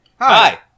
hi